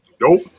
Nope